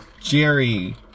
Jerry